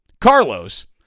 Carlos